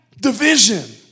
division